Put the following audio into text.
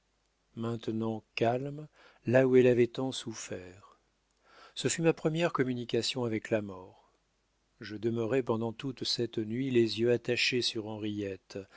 maintenant calme là où elle avait tant souffert ce fut ma première communication avec la mort je demeurai pendant toute cette nuit les yeux attachés sur